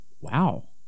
Wow